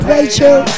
Rachel